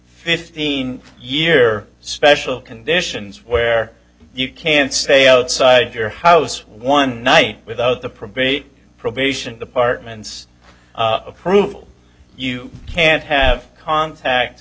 fifteen year special conditions where you can't stay outside your house one night without the probate probation departments of approval you can't have contact